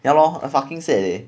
ya lor a fucking sad eh